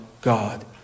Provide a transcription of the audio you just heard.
God